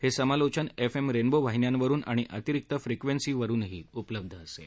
हे समालोचन FM Rainbow वाहिन्यांवरून आणि अतिरिक्त फ्रिक्वेन्सींवरही उपलब्ध असेल